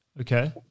Okay